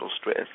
stress